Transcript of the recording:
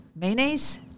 Mayonnaise